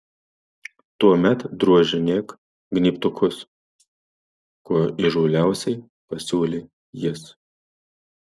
tuomet drožinėk gnybtukus kuo įžūliausiai pasiūlė jis